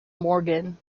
morgan